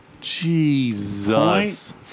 Jesus